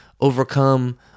overcome